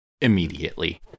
immediately